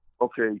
Okay